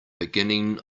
beginning